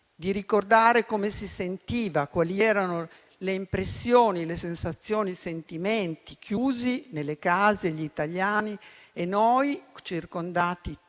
di ricordare come si sentiva, quali erano le impressioni, le sensazioni, i sentimenti, chiusi nelle proprie case, circondati tutti